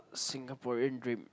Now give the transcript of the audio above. Singaporean dream